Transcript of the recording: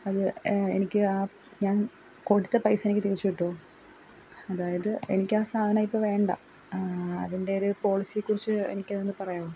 അത് എനിക്ക് ആ ഞാൻ കൊടുത്ത പൈസ എനിക്ക് തിരിച്ച് കിട്ടുമോ അതായത് എനിക്ക് ആ സാധനം ഇപ്പോൾ വേണ്ട അതിന്റെ ഒരു പോളിസിയെക്കുറിച്ച് എനിക്ക് അതൊന്ന് പറയാമോ